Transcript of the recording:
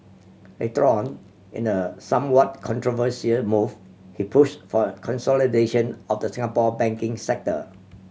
later on in a somewhat controversial move he push for consolidation of the Singapore banking sector